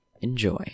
enjoy